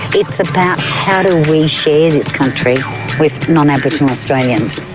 it's about how do we share this country with non-aboriginal australians.